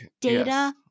Data